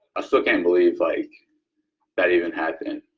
so can't believe like that even happened.